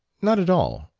not at all.